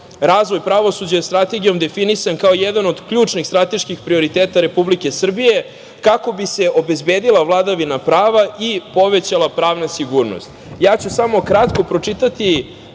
Razvoj pravosuđa je strategijom definisan kao jedan od ključnih strateških prioriteta Republike Srbije kako bi se obezbedila vladavina prava i povećala pravna sigurnost. Samo ću kratko pročitati